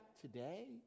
today